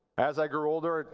as i grew older,